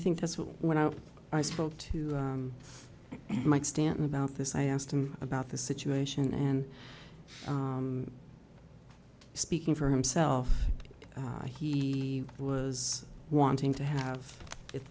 think that's when i spoke to mike stanton about this i asked him about the situation and speaking for himself he was wanting to have it